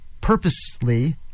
purposely